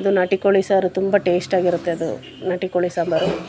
ಅದು ನಾಟಿ ಕೋಳಿ ಸಾರು ತುಂಬ ಟೇಸ್ಟಾಗಿರುತ್ತೆ ಅದು ನಾಟಿ ಕೋಳಿ ಸಾಂಬಾರು